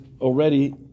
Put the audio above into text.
already